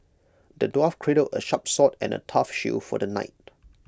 the dwarf crafted A sharp sword and A tough shield for the knight